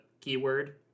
keyword